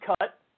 cut